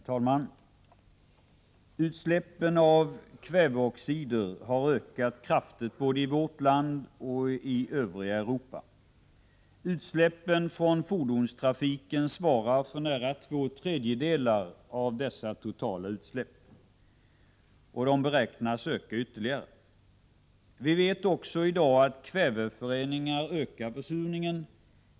Herr talman! Utsläppen av kväveoxider har ökat kraftigt både i Sverige och i Europa i övrigt. Utsläppen från fordonstrafiken svarar för nära två tredjedelar av de totala utsläppen. Dessa utsläpp beräknas öka ytterligare. Vi vet också i dag att kväveföreningarna ökar försurningen.